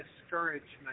discouragement